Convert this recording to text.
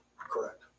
Correct